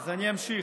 אז אני אמשיך.